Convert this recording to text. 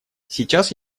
сейчас